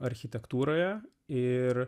architektūroje ir